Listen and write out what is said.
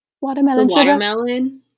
Watermelon